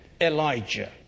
Elijah